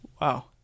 Wow